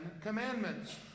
Commandments